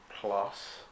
plus